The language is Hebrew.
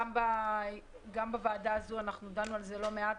גם בוועדה הזאת אנחנו דנו על זה לא מעט.